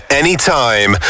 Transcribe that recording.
anytime